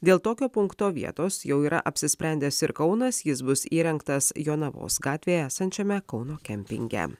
dėl tokio punkto vietos jau yra apsisprendęs ir kaunas jis bus įrengtas jonavos gatvėje esančiame kauno kempinge